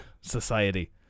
society